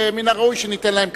ומן הראוי שניתן להם כבוד.